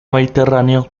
mediterráneo